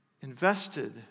invested